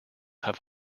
have